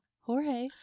Jorge